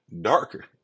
darker